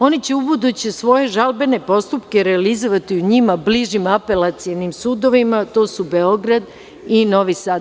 Oni će ubuduće svoje žalbene postupke realizovati u njima bližim apelacionim sudovima, to su Beograd i Novi Sad.